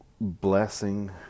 blessing